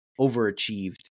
overachieved